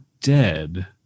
dead